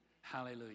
Hallelujah